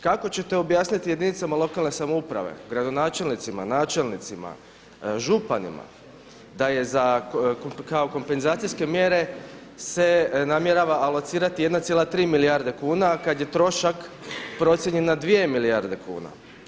Kako ćete objasniti jedinicama lokalne samouprave, gradonačelnicima, načelnicima, županima da je za kao kompenzacijske mjere se namjerava alocirati 1,3 milijarde kuna, a kad je trošak procijenjen na 2 milijarde kuna.